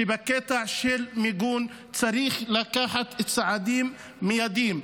שבקטע של מיגון צריך לקחת צעדים מיידיים.